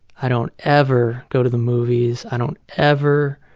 i don't ever go to the movies. i don't ever